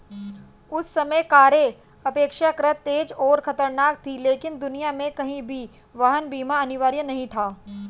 उस समय कारें अपेक्षाकृत तेज और खतरनाक थीं, लेकिन दुनिया में कहीं भी वाहन बीमा अनिवार्य नहीं था